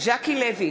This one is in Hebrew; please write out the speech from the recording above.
ז'קי לוי,